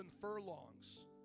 furlongs